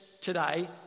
today